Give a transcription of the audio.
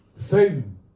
Satan